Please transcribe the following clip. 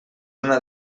una